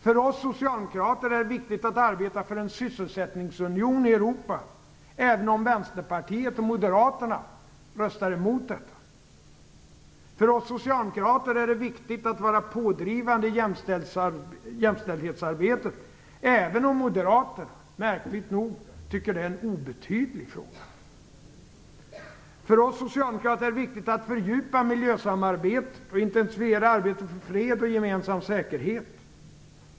För oss socialdemokrater är det viktigt att arbeta för en sysselsättningsunion i Europa även om Vänsterpartiet och Moderaterna röstar emot detta. För oss socialdemokrater är det viktigt att vara pådrivande i jämställdhetsarbetet, även om Moderaterna - märkligt nog - tycker att det är en obetydlig fråga. För oss socialdemokrater är det viktigt att fördjupa miljösamarbetet och intensifiera arbetet för fred och gemensam säkerhet.